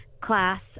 class